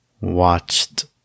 watched